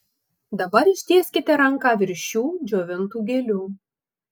dabar ištieskite ranką virš šių džiovintų gėlių